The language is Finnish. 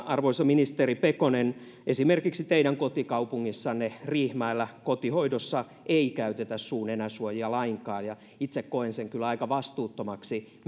arvoisa ministeri pekonen esimerkiksi teidän kotikaupungissanne riihimäellä kotihoidossa ei käytetä suu nenäsuojia lainkaan ja itse koen sen kyllä aika vastuuttomaksi